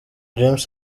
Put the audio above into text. james